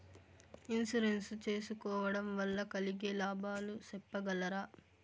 Insurance సేసుకోవడం వల్ల కలిగే లాభాలు సెప్పగలరా?